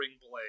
Blade